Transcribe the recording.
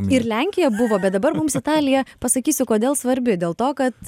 ir lenkija buvo bet dabar mums italija pasakysiu kodėl svarbi dėl to kad